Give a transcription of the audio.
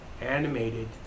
animated